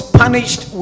punished